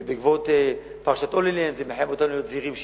ובעקבות פרשת "הולילנד" אנחנו מחויבים להיות זהירים שבעתיים.